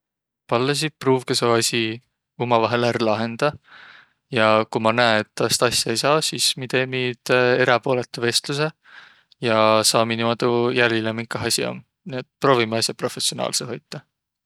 Pallõsi, pruuvgõq sjoo asi umavaihõl ärq lahendaq. Ja ku maq näe, et taast asja ei saaq, sis miq teemiq üte eräpoolõdu vestlusõ ja saamiq niimuudu jälile, minkah asi om. Nii et proovimiq asja professionaalsõ hoitaq.